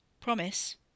Promise